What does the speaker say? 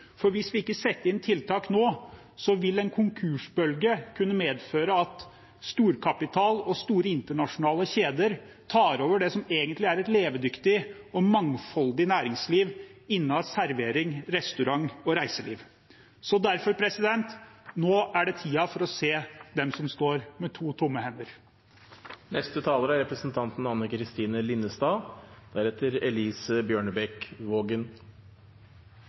for hvis vi ikke setter inn tiltak nå, vil en konkursbølge kunne medføre at storkapital og store internasjonale kjeder tar over det som egentlig er et levedyktig og mangfoldig næringsliv innen servering, restaurant og reiseliv. Så derfor: Nå er det tiden for å se de som står med to tomme hender. Det viktigste for Høyre er